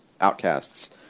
outcasts